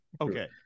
Okay